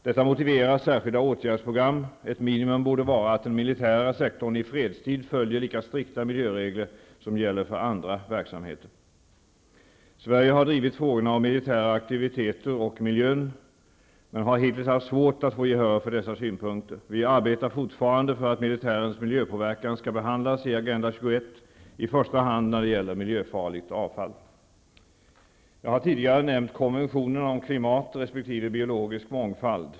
Detta motiverar särskilda åtgärdsprogram. Ett minimum borde vara att den militära sektorn i fredstid följer lika strikta miljöregler som gäller för andra verksamheter. Sverige har drivit frågorna om militära aktiviteter och miljön, men har hittills haft svårt att få gehör för dessa synpunkter. Vi arbetar fortfarande för att militärens miljöpåverkan skall behandlas i Agenda Jag har tidigare nämnt konventionerna om klimat resp. biologisk mångfald.